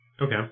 Okay